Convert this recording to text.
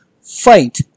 Fight